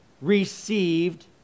received